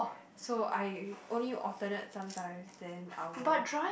so I only alternate sometime then I were